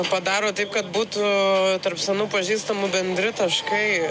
padaro taip kad būtų tarp senų pažįstamų bendri taškai